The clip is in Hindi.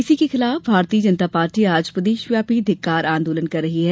इसी के खिलाफ भारतीय जनता पार्टी आज प्रदेशव्यापी धिक्कार आंदोलन कर रही है